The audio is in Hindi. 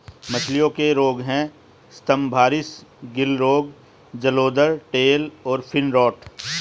मछलियों के रोग हैं स्तम्भारिस, गिल रोग, जलोदर, टेल और फिन रॉट